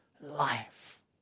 life